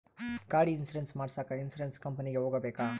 ಗಾಡಿ ಇನ್ಸುರೆನ್ಸ್ ಮಾಡಸಾಕ ಇನ್ಸುರೆನ್ಸ್ ಕಂಪನಿಗೆ ಹೋಗಬೇಕಾ?